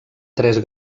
tres